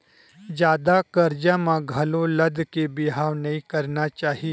जादा करजा म घलो लद के बिहाव नइ करना चाही